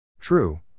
True